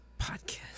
podcast